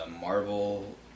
Marvel